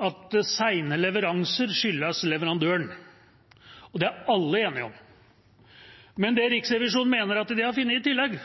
at sene leveranser skyldes leverandøren. Det er alle enige om. Men det Riksrevisjonen mener at de har funnet i tillegg,